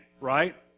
right